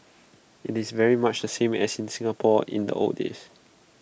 IT is very much the same as in Singapore in the old days